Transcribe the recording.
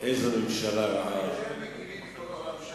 איזו ממשלה רעה, אני